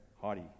haughty